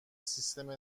سیستم